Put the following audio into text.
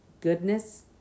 goodness